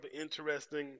interesting